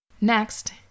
Next